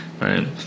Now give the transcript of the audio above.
right